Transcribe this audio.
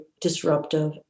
disruptive